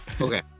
Okay